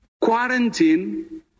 quarantine